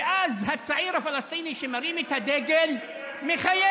ואז הצעיר הפלסטיני שמרים את הדגל מחייך.